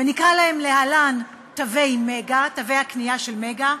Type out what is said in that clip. שנקרא להם להלן תווי "מגה", תווי הקנייה של "מגה"?